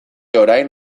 orain